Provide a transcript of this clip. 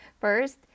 first